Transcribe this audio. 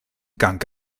gang